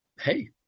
hey